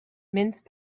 mince